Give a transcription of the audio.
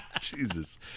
Jesus